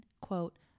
quote